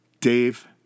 Dave